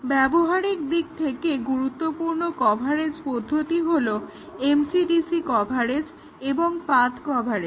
ব্যবহারিক দিক থেকে গুরুত্বপূর্ণ কভারেজ পদ্ধতিগুলো হলো MCDC কভারেজ এবং পাথ্ কভারেজ